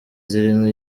zirimo